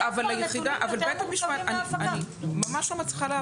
זה כבר נתונים יותר מורכבים --- אני ממש לא מצליחה להבין.